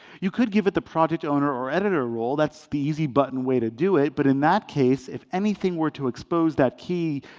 you could give it the project owner or editor role. that's the easy button way to do it. but in that case, if anything were to expose that key,